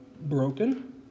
broken